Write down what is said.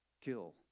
kill